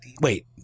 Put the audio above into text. Wait